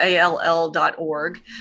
all.org